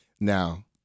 Now